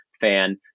fan